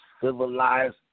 civilized